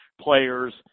players